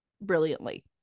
brilliantly